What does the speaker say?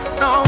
no